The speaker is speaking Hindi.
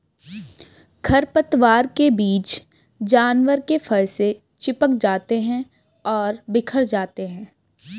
खरपतवार के बीज जानवर के फर से चिपक जाते हैं और बिखर जाते हैं